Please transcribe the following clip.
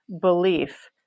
belief